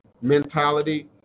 mentality